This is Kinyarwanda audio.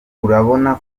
urabona